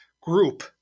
group